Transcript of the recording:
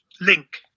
link